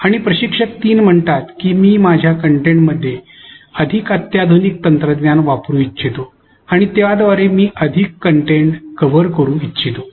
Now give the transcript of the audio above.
आणि प्रशिक्षक ३ म्हणतात की मी माझ्या कंटेंटमध्ये अधिक अत्याधुनिक तंत्रज्ञान वापरू इच्छितो आणि त्याद्वारे मी अधिक कंटेंट कव्हर करू इच्छितो